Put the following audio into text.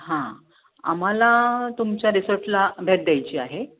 हां आम्हाला तुमच्या रिसॉर्टला भेट द्यायची आहे